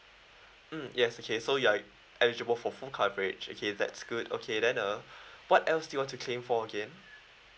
mm yes okay so you are eligible for full coverage okay that's good okay then ah what else do you want to claim for again